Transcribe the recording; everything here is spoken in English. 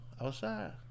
outside